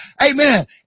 amen